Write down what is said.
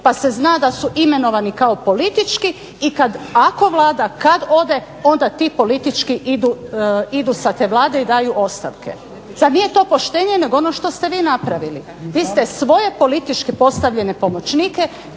pa se zna da su imenovani kao politički i kad ako Vlada kad ode onda ti politički idu sa te Vlade i daju ostavke. Zar nije to poštenije nego ono što ste vi napravili? Vi ste svoje političke postavljene pomoćnike